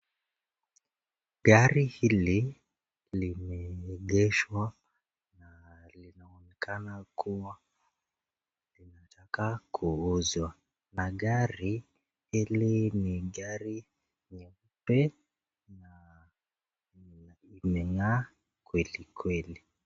Gari hili limeengeshwa, kana kuwa linataka kuuzwa, na gari hili ni gari nyeupe linangaa kweli kweli.